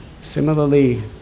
similarly